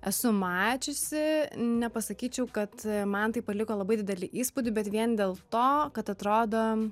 esu mačiusi nepasakyčiau kad man tai paliko labai didelį įspūdį bet vien dėl to kad atrodo